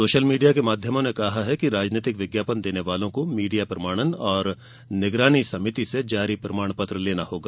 social media के माध्यमों ने कहा है कि राजनीतिक विज्ञापन देने वालों को मीडिया प्रमाणन और निगरानी समिति से जारी प्रमाण पत्र देना होगा